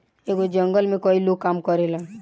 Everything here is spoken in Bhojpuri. एगो जंगल में कई लोग काम करेलन